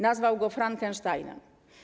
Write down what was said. Nazwał go Frankensteinem.